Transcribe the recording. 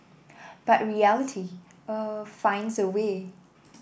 but reality uh finds a way